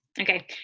Okay